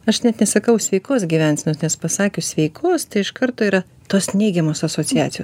aš net nesakau sveikos gyvensenos nes pasakius sveikos iš karto yra tos neigiamos asociacijos